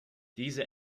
diese